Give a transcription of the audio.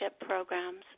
programs